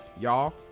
y'all